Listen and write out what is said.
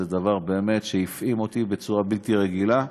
זה דבר שהפעים אותי בצורה בלתי רגילה.